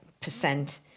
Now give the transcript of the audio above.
percent